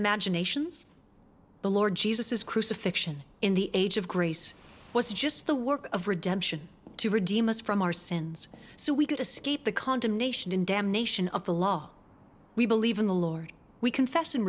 imaginations the lord jesus his crucifixion in the age of grace was just the work of redemption to redeem us from our sins so we could escape the condemnation and damnation of the law we believe in the lord we confess